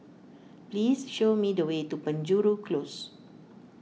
please show me the way to Penjuru Close